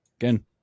again